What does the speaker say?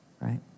right